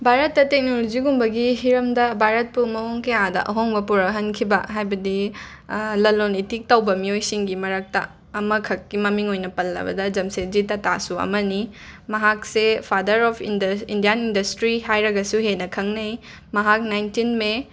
ꯕꯥꯔꯠꯇ ꯇꯦꯛꯅꯣꯂꯣꯖꯤꯒꯨꯝꯕꯒꯤ ꯍꯤꯔꯝꯗ ꯕꯥꯔꯠꯄꯨ ꯃꯑꯣꯡ ꯀꯌꯥꯗ ꯑꯍꯣꯡꯕ ꯄꯨꯔꯛꯍꯟꯈꯤꯕ ꯍꯥꯏꯕꯗꯤ ꯂꯂꯣꯟ ꯏꯇꯤꯛ ꯇꯧꯕ ꯃꯤꯑꯣꯏꯁꯤꯡꯒꯤ ꯃꯔꯛꯇ ꯑꯃꯈꯛꯀꯤ ꯃꯃꯤꯡ ꯑꯣꯏꯅ ꯄꯜꯂꯕꯗ ꯖꯝꯁꯦꯠꯖꯤ ꯇꯥꯇꯥꯁꯨ ꯑꯃꯅꯤ ꯃꯍꯥꯛꯁꯦ father of Indus Indian industry ꯍꯥꯏꯔꯒꯁꯨ ꯍꯦꯟꯅ ꯈꯪꯅꯩ ꯃꯍꯥꯛ ꯅꯥꯏꯟꯇꯤꯟ ꯃꯦ